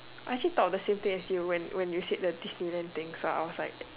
I actually thought the same thing as you when when you said the teach students thing ah I was like